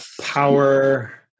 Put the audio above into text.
power